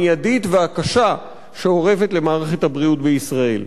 המיידית והקשה שאורבת למערכת הבריאות בישראל.